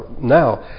now